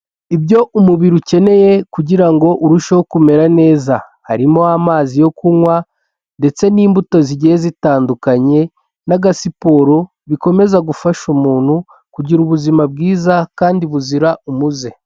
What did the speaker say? Ibyo umubiri ukeneye kugira ngo urusheho kumera neza, harimo amazi yo kunywa, ndetse n'imbuto zigiye zitandukanye, n'agasiporo bikomeza gufasha umuntu kugira ubuzima bwiza kandi buzira umuze.